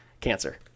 cancer